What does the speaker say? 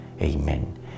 Amen